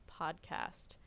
podcast